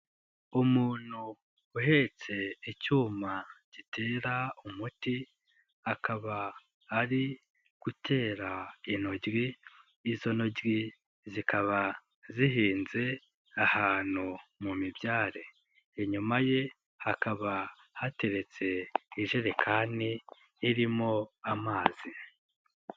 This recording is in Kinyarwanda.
Umuntu uhetse icyuma gitera umuti, akaba ari gutera intoryo, izo ntoryo zikaba zihinze ahantu mu mibyare, inyuma ye hakaba hateretse ijerekani irimo amazi.